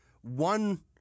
one